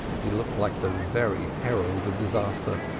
he looked like the very herald of disaster.